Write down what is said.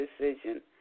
decision